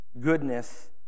goodness